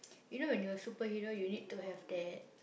you know when you superhero you need to have that